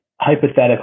hypothetically